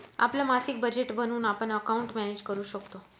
आपलं मासिक बजेट बनवून आपण अकाउंट मॅनेज करू शकतो